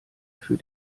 für